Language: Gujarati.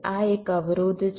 આ એક અવરોધ છે